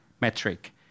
metric